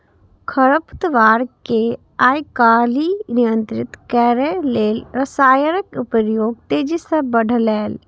खरपतवार कें आइकाल्हि नियंत्रित करै लेल रसायनक प्रयोग तेजी सं बढ़लैए